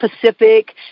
Pacific